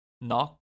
Knock